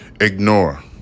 Ignore